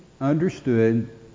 understood